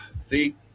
See